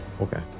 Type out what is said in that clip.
Okay